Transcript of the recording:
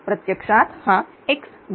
प्रत्यक्षात हा x घटक